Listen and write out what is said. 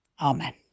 Amen